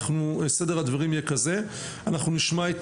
סדר הדברים יהיה כזה: אנחנו נשמע את